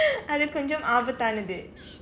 அது கொஞ்சம் ஆபத்தானது:athu konamjsam aabaththaanathu